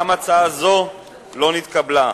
גם הצעה זו לא נתקבלה.